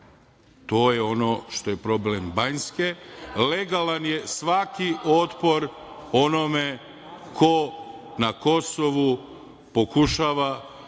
To je ono što je problem Banjske. Legalan je svaki otpor onome ko na Kosovu i Metohiji